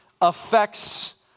affects